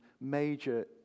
major